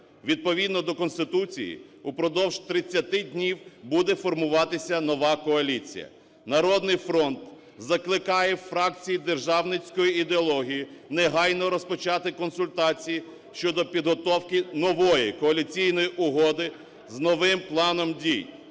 Відповідно до Конституції упродовж 30 днів буде формуватися нова коаліція. "Народний фронт" закликає фракції державницької ідеології негайно розпочати консультації щодо підготовки нової коаліційної угоди з новим планом дій.